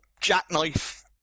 jackknife